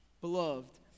Beloved